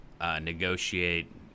negotiate